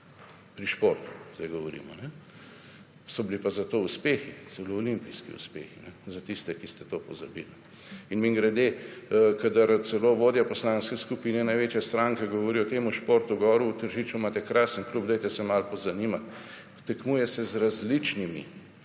pri športu sedaj govorimo. So bili pa, zato uspehi celo olimpijski uspehi za tiste, ki ste to pozabili. Mimogrede, kadar celo vodja poslanske skupine največja stranka govori o tem športu… Gor v Tržiču imate krasen klub dajte se malo pozanimati. Tekmuje se z različnimi